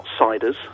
Outsiders